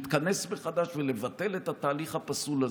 להתכנס מחדש ולבטל את התהליך הפסול הזה.